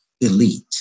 elite